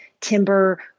timber